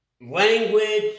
Language